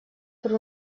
per